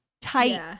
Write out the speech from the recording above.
tight